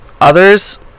others